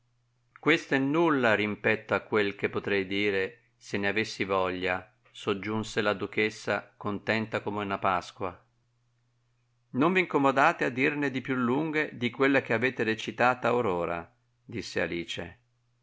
questo è nulla rimpetto a quel che potrei dire se ne avessi voglia soggiunse la duchessa contenta come una pasqua non v'incomodate a dirne di più lunghe di quella che avete recitata or ora disse alice